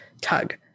tug